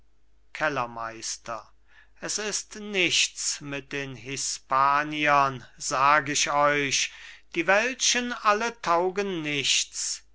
kellermeister s ist nichts mit den hispaniern sag ich euch die welschen alle taugen nichts